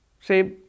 say